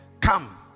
come